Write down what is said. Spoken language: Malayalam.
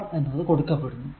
പവർ എന്നത് കൊടുക്കപ്പെടുന്നു